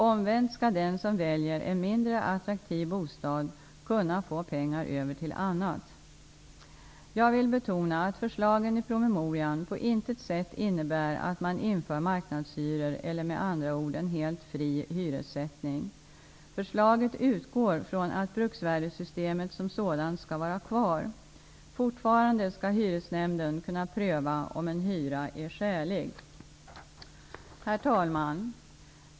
Omvänt skall den som väljer en mindre attraktiv bostad kunna få pengar över till annat. Jag vill betona att förslagen i promemorian på intet sätt innebär att man inför marknadshyror eller med andra ord en helt fri hyressättning. Förslaget utgår från att bruksvärdessystemet som sådant skall vara kvar. Fortfarande skall hyresnämnden kunna pröva om en hyra är skälig. Herr talman!